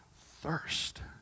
thirst